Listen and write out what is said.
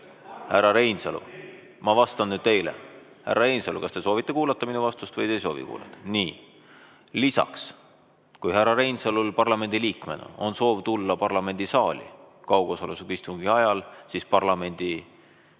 Härra Reinsalu, ma vastan teile. Härra Reinsalu, kas te soovite kuulata minu vastust või te ei soovi kuulata? Nii. Lisaks, kui härra Reinsalul parlamendiliikmena on soov tulla parlamendisaali kaugosalusega istungi ajal, siis parlamendi